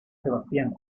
sebastián